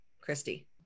Christy